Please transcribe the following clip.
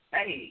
Hey